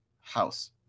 house